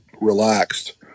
relaxed